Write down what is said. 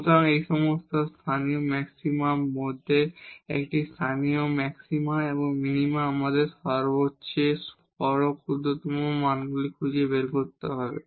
সুতরাং এই সমস্ত লোকাল ম্যাক্সিমার মধ্যে একটি লোকাল ম্যাক্সিমা এবং মিনিমা আমাদের সবচেয়ে বড় ক্ষুদ্রতম মানগুলি খুঁজে বের করতে হবে